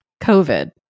COVID